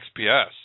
XPS